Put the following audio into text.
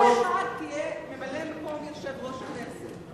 לרגע אחד תהיה ממלא-מקום יושב-ראש הכנסת,